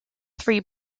three